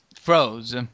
froze